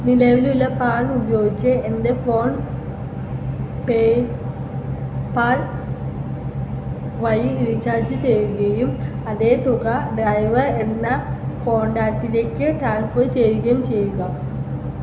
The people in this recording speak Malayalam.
നിലവിലുള്ള പ്ലാൻ ഉപയോഗിച്ച് എൻ്റെ ഫോൺ പേയ്പാൽ വഴി റീചാർജ് ചെയ്യുകയും അതേ തുക ഡ്രൈവർ എന്ന കോൺടാക്റ്റിലേക്ക് ട്രാൻസ്ഫർ ചെയ്യുകയും ചെയ്യുക